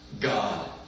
God